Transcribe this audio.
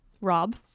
Rob